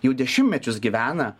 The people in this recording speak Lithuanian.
jau dešimtmečius gyvena